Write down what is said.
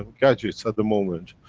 um gadgets at the moment,